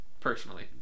personally